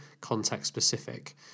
context-specific